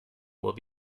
will